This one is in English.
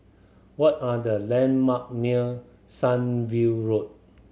what are the landmark near Sunview Road